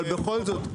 אבל בכל זאת,